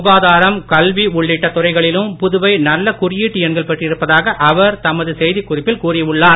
சுகாதாரம் கல்வி உள்ளிட்ட துறைகளிலும் புதுவை நல்ல குறியீட்டு எண்கள் பெற்றிருப்பதாக அவர் தமது செய்திக் குறிப்பில் கூறி உள்ளார்